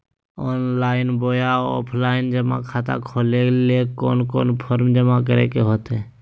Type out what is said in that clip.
Online बोया offline जमा खाता खोले ले कोन कोन फॉर्म जमा करे होते?